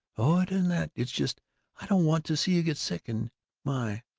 oh, it isn't that it's just i don't want to see you get sick and my,